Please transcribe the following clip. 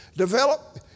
Develop